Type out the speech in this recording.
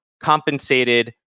compensated